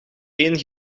één